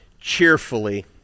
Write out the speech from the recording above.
cheerfully